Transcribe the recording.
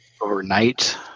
overnight